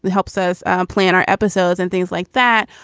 helps us plan our episodes and things like that.